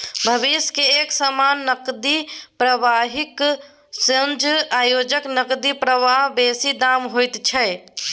भविष्य के एक समान नकदी प्रवाहक सोंझा आजुक नकदी प्रवाह बेसी दामी होइत छै